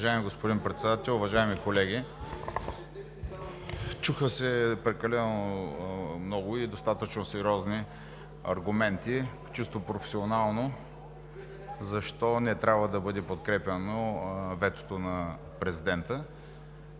Уважаеми господин Председател, уважаеми колеги! Чуха се прекалено много и достатъчно сериозни аргументи – чисто професионално, защо не трябва да бъде подкрепено ветото на президента.